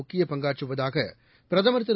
முக்கியப் பங்காற்றுவதாக பிரதமர் திரு